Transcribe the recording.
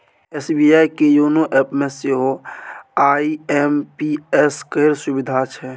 SBI के YONO एपमे सेहो आई.एम.पी.एस केर सुविधा छै